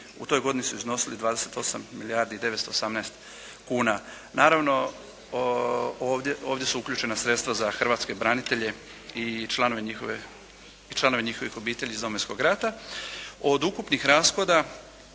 u toj godini su iznosili 28 milijardi 918 kuna. Naravno ovdje su uključena sredstva za hrvatske branitelje i članova njihove i članove njihovih obitelji iz Domovinskog rata.